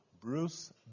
Bruce